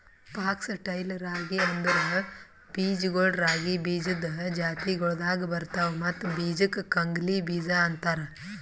fox tail ರಾಗಿ ಅಂದುರ್ ಬೀಜಗೊಳ್ ರಾಗಿ ಬೀಜದ್ ಜಾತಿಗೊಳ್ದಾಗ್ ಬರ್ತವ್ ಮತ್ತ ಬೀಜಕ್ ಕಂಗ್ನಿ ಬೀಜ ಅಂತಾರ್